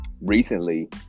recently